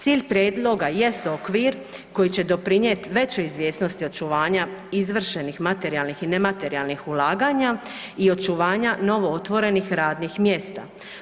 Cilj prijedloga jest da okvir koji će doprinijeti većoj izvjesnosti očuvanja izvršenih materijalnih i nematerijalnih ulaganja i očuvanja novootvorenih radnih mjesta.